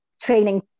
training